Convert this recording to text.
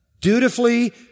Dutifully